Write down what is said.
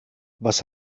was